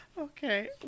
okay